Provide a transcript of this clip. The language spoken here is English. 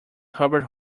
herbert